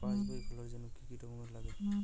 পাসবই খোলার জন্য কি কি ডকুমেন্টস লাগে?